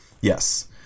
Yes